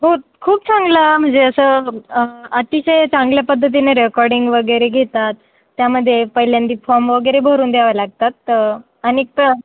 खूप खूप चांगला म्हणजे असं अतिशय चांगल्या पद्धतीने रेकॉर्डिंग वगैरे घेतात त्यामध्ये पहिल्यांदा फॉम वगैरे भरून द्यावे लागतात त आणिक त